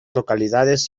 localidades